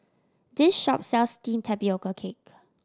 this shop sells steamed tapioca cake